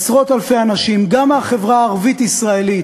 עשרות אלפי אנשים, גם מהחברה הערבית-ישראלית,